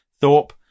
Thorpe